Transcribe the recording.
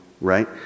right